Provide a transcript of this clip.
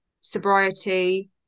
sobriety